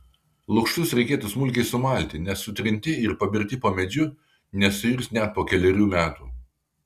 lukštus reikėtų smulkiai sumalti nes sutrinti ir paberti po medžiu nesuirs net po kelerių metų